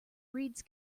breeds